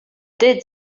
dead